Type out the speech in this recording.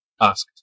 asked